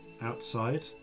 outside